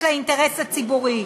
מינהל תקין ונאמנות לאינטרס הציבורי,